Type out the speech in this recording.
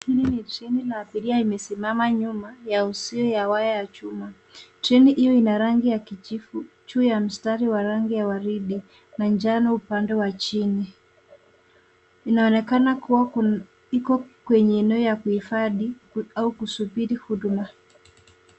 Hili ni treni la abiria imesimama nyuma ya uzio ya waya ya chuma. Treni hio ina rangi ya kijivu juu ya mstari wa rangi ya waridi na njano upande wa chini. Inaonekana kuwa iko kwenye eneo ya kuhifadhi au kusubiri huduma.